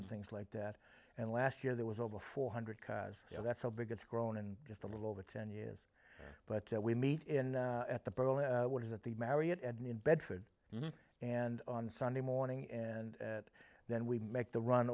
and things like that and last year there was over four hundred cars you know that's how big it's grown and just a little over ten years but we meet in at the pearly what is at the marriott and in bedford and on sunday morning and then we make the run